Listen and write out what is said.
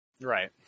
Right